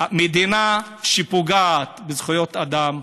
מדינה שפוגעת בזכויות אדם,